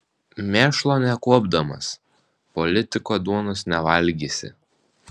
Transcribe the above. mėšlo nekuopdamas politiko duonos nevalgysi